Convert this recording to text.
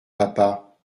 papa